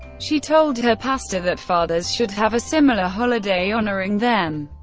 she told her pastor that fathers should have a similar holiday honoring them.